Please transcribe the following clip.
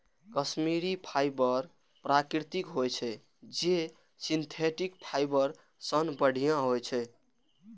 Kashmiri fibre प्राकृतिक होइ छै, जे सिंथेटिक फाइबर सं बढ़िया होइ छै